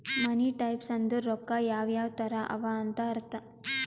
ಮನಿ types ಅಂದುರ್ ರೊಕ್ಕಾ ಯಾವ್ ಯಾವ್ ತರ ಅವ ಅಂತ್ ಅರ್ಥ